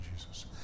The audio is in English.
Jesus